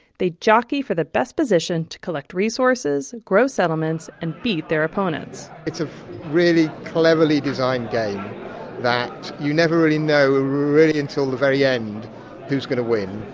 they jockey for the best position to collect resources, grow settlements and beat their opponents it's a really cleverly designed game that you never really know until the very end who's going to win,